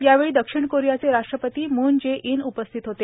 यावेळी दक्षिण कोरियाचे राष्ट्रपती मूल जे इन उपस्थित होते